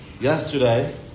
yesterday